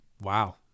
Wow